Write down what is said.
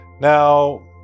Now